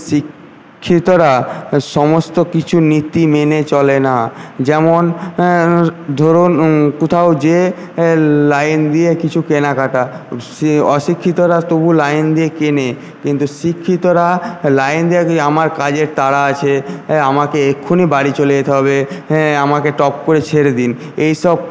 শিক্ষিতরা সমস্ত কিছু নীতি মেনে চলে না যেমন ধরুন কোথাও যেয়ে লাইন দিয়ে কিছু কেনাকাটা অশিক্ষিতরা তবু লাইন দিয়ে কেনে কিন্তু শিক্ষিতরা লাইন দেওয়া কি আমার কাজের তাড়া আছে আমাকে এক্ষুনি বাড়ি চলে যেতে হবে হ্যাঁ আমাকে টপ করে ছেড়ে দিন এইসব